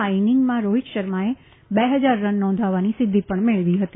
આ ઇનિંગમાં રોહિત શર્માએ બે ફજાર રન નોંધવવાની સિદ્વિ પણ મેળવી ફતી